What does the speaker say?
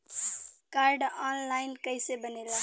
Card online कइसे बनेला?